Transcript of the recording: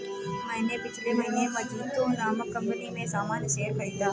मैंने पिछले महीने मजीतो नामक कंपनी में सामान्य शेयर खरीदा